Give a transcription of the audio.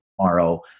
tomorrow